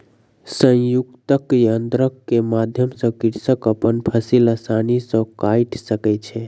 संयुक्तक यन्त्र के माध्यम सॅ कृषक अपन फसिल आसानी सॅ काइट सकै छै